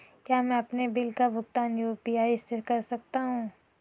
क्या मैं अपने बिल का भुगतान यू.पी.आई से कर सकता हूँ?